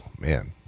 man